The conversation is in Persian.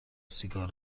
سیگار